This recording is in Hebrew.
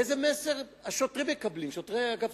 איזה מסר מקבלים שוטרי אגף